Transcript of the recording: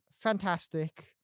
fantastic